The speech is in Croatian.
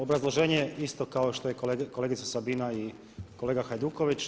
Obrazloženje je isto kao što je i kolegica Sabina i kolega Hajduković.